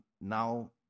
now